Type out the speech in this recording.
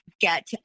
get